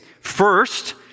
First